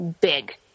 big